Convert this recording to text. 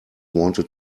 wanted